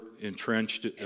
entrenched